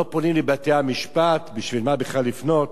לא פונים לבתי-המשפט, בשביל מה בכלל לפנות?